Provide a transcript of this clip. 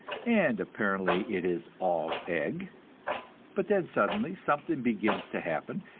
and apparently it is all egg but then suddenly something begins to happen,